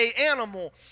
animal